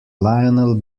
lionel